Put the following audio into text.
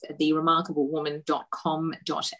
theremarkablewoman.com.au